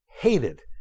hated